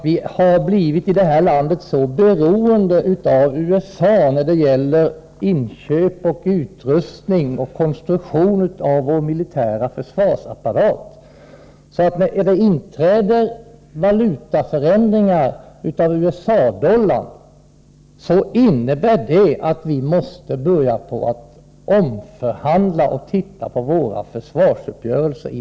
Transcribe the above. Vi har alltså i det här landet blivit så beroende av USA när det gäller inköp, utrustning och konstruktion av vår militära försvarsapparat, att när förändringar sker i USA-dollarns värde, då innebär det att vi måste omförhandla och se på våra försvarsuppgörelser.